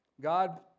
God